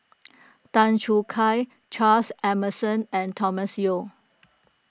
Tan Choo Kai Charles Emmerson and Thomas Yeo